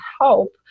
help